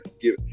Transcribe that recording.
give